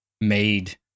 made